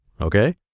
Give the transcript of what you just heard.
okay